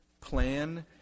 plan